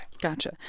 Gotcha